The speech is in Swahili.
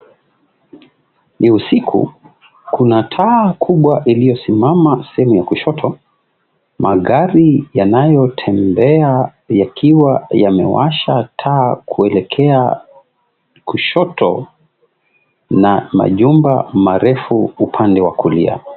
Ni usiku, kuna taa kubwa iliyosimama sehemu ya kushoto, magari yanayotembea yakiwa yamewasha taa kuelekea kushoto, na majumba marefu upande wa kulia.